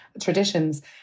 traditions